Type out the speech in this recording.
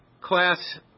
class